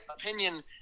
opinion